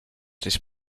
this